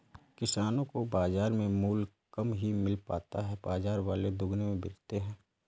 किसानो को बाजार में मूल्य कम ही मिल पाता है बाजार वाले दुगुने में बेचते है